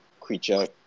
creature